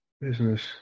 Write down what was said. business